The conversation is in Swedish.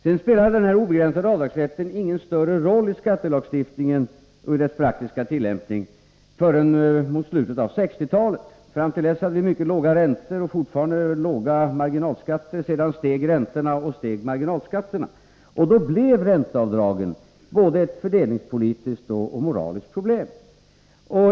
Denna obegränsade avdragsrätt spelade ingen större roll i skattelagstiftningen och dess praktiska tillämpning förrän mot slutet av 1960-talet. Fram till dess hade vi mycket låga räntor och fortfarande låga marginalskatter. Sedan steg räntorna och marginalskatterna. Då blev ränteavdragen både ett fördelningspolitiskt och ett moraliskt problem.